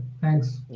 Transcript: thanks